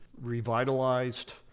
revitalized